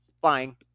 flying